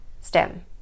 stem